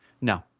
No